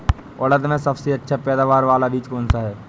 उड़द में सबसे अच्छा पैदावार वाला बीज कौन सा है?